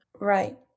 Right